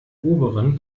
oberen